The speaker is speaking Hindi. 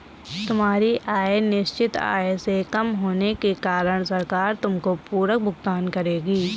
तुम्हारी आय निश्चित आय से कम होने के कारण सरकार तुमको पूरक भुगतान करेगी